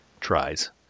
tries